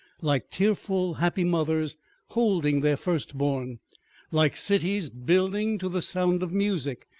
like tearful, happy mothers holding their first-born, like cities building to the sound of music,